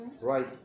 right